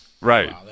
Right